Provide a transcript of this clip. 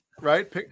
Right